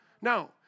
No